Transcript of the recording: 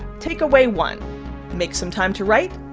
takeaway one make some time to write.